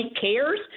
cares